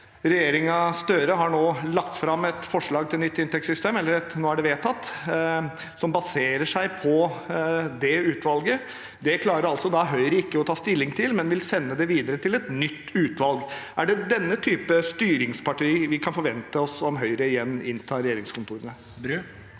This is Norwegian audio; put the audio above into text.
Regjeringen Støre har lagt fram et forslag til nytt inntektssystem – eller, nå er det vedtatt – som baserer seg på det utvalget. Det klarer ikke Høyre å ta stilling til, men vil sende det videre til et nytt utvalg. Er det denne type styringsparti vi kan forvente oss om Høyre igjen inntar regjeringskontorene?